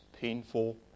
painful